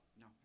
No